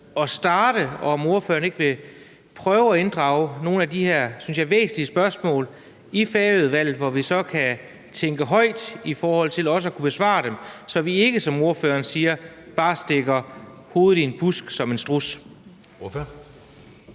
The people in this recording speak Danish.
at starte, og om ordføreren ikke vil prøve at inddrage nogle af de her, synes jeg, væsentlige spørgsmål i Færøudvalget, hvor vi så kan tænke højt i forhold til også at kunne besvare dem, så vi ikke, som ordføreren siger, bare stikker hovedet i en busk som en struds.